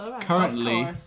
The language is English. currently